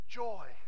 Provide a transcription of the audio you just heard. joy